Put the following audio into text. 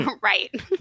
Right